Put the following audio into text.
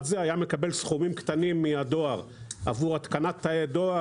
זה היה מקבל סכומים קטנים מהדואר עבור התקנת תאי דואר,